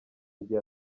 igihe